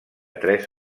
tres